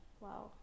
Wow